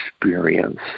experience